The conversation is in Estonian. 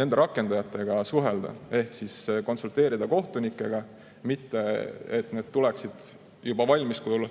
nende rakendajatega suhelda ehk konsulteerida kohtunikega, mitte et need tuleksid juba valmis kujul